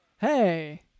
Hey